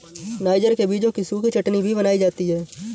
niger के बीजों की सूखी चटनी भी बनाई जाती है